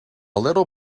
little